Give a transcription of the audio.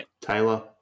Taylor